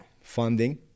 funding